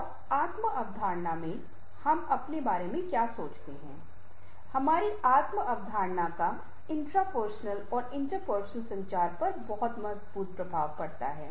और आत्म अवधारणा मे हम अपने बारे में क्या सोचते हैं हमारी आत्म अवधारणा का इंट्रापर्सनल और इंट्रापर्सनल संचार पर एक मजबूत प्रभाव पड़ता है